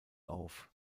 auf